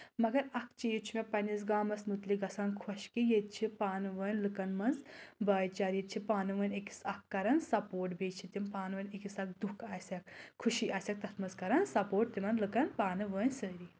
مگر اکھ چیٖز چھُ مےٚ پنٕنِس گامَس مُتعلِق گژھان خۄش کہِ ییٚتہِ چھِ پانہٕ ؤنۍ لٕکَن منٛز بایِچار ییٚتہِ چھِ پانہٕ ؤنۍ أکِس اکھ کَرَان سپوٹ بیٚیہِ چھِ تِم پانہٕ ؤنۍ أکِس اکھ دُکھ آسؠکھ خوشی آسؠکھ تَتھ منٛز کران سَپوٹ تِمَن لُکَن پانہٕ ؤنۍ سٲری